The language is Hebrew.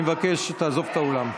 אני מבקש שתעזוב את האולם.